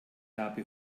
habe